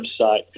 website